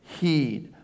Heed